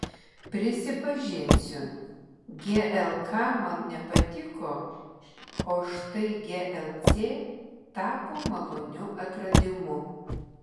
prisipažinsiu glk man nepatiko o štai glc tapo maloniu atradimu